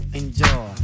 enjoy